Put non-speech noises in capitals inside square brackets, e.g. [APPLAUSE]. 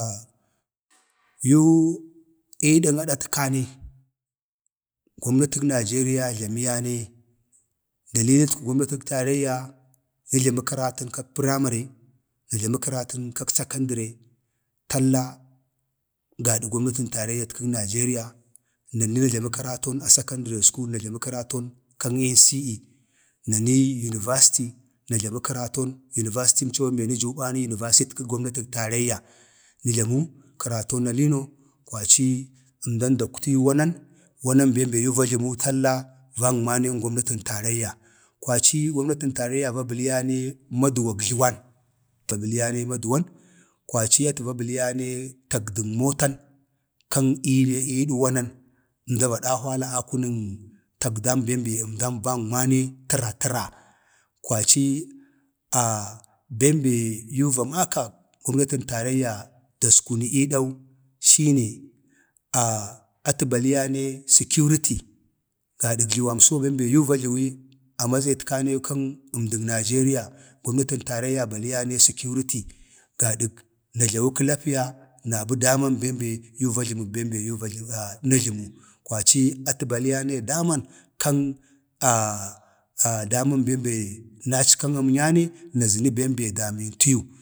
﻿a [NOISE] yuu ii dən adatkane gomnatən nijeriya jləmiyane, dalilik gomnatik taraiyya, nə jləmə keratok pramare, na jlamə kəra tən kak sakandəre talla gada gomnatik taraiyyatətkən nijeriya, na jləmə kəraton kak sakandəre skul na jləmə kan NCE, va jləmə yunivasti yuniastəmco be nəju bai yunivastəkək gomnatin taraiyya na jləmə kəraton alii no kwaci əmdan dakwtiyu ii wanan, wanan bem be yu ba jləmu talla vagma nen gomnatin taraiyya. kwaci gomnatin taraiyya va bələn, baliyane maduwak jləwan, atu baliya ne maduwan, kwaci atu va bəliyə ne tagdən motan kan ii ne iidən wanatkane, əmda va dahwala ii kunən tagdan bem be əmda vagma ne təra təra. kwaci [HESITATION] bem be yu va maka gomnatin taraiyya ii va makau, daskuni iidau shine [HESITATION] atə baliyane səkiuriti, gadak jləwamso bem be yu va jləwi amatsayitkane kan əmdən nijeriya, gomnatin taraiyya baliyane səkiuriti gadək na jləwə kəlapiya, na bə daman bem be yu va jləmək bem be yu [UNINTELLIGIBLE] kwaci atə baliyane daman kan [HESITATION] daman bem be naskag dalak əmnyaa ne na zənən bem be damintiyu,